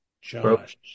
Josh